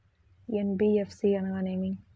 NBFC అనగా ఏమిటీ?